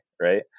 Right